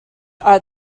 are